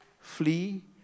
flee